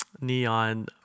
neon